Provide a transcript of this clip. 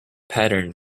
pattern